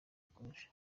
akurusha